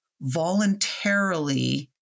voluntarily